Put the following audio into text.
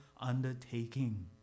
undertaking